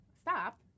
stop